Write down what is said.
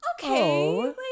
Okay